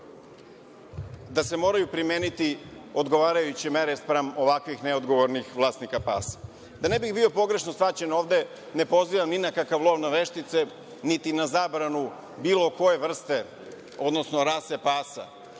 da se moraju primeniti odgovarajuće mere spram ovakvih neodgovornih vlasnika pasa. Da ne bih bio pogrešno shvaćen ovde, ne pozivam ni na kakav lov na veštice, niti na zabranu bilo koje vrste, odnosno rase pasa,